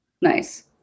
Nice